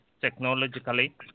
technologically